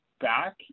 back